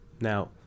now